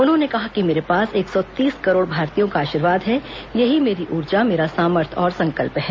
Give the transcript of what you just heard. उन्होंने कहा कि मेरे पास एक सौ तीस करोड़ भारतीयों का आशीर्वाद है यही मेरी ऊर्जा मेरा सामर्थ्य और संकल्प है